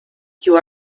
you